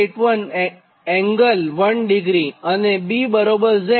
9481∠ 1° અને BZ